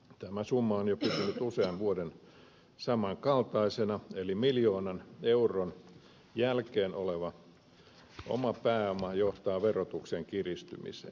tämä summa on pysynyt jo usean vuoden ajan saman kaltaisena eli miljoonan euron jälkeen oleva oma pääoma johtaa verotuksen kiristymiseen